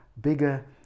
bigger